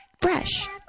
fresh